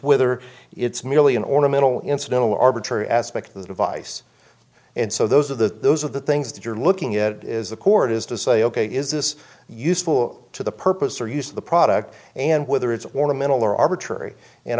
whether it's merely an ornamental incidental arbitrary aspect of the device and so those are the those are the things that you're looking at is the court is to say ok is this useful to the purpose or use of the product and whether it's ornamental or arbitrary and